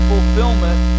Fulfillment